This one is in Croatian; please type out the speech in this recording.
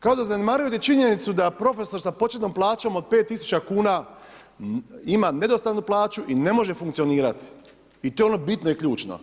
Kao da zanemarujete činjenicu da profesor sa početnom plaćom od 5000 kuna ima nedostatnu plaću i ne može funkcionirati i to je ono bitno i ključno.